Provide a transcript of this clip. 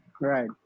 right